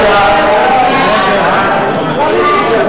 סעיף 40,